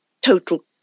Total